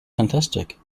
fantastic